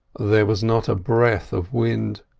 there was not a breath of wind,